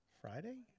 Friday